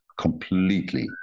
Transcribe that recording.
completely